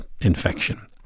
infection